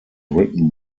written